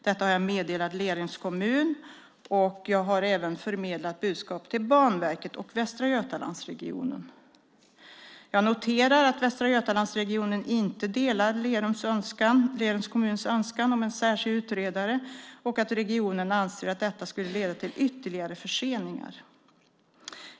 Detta har jag meddelat Lerums kommun, och jag har även förmedlat budskapet till Banverket och Västra Götalandsregionen. Jag noterar att Västra Götalandsregionen inte delar Lerums kommuns önskan om en särskild utredare och att regionen anser att detta skulle leda till ytterligare förseningar.